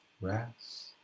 rest